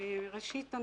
אני